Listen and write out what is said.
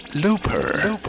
Looper